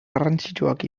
garrantzitsuak